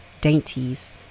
dainties